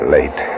Late